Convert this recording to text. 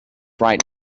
right